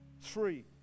Three